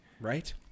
Right